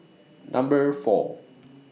Number four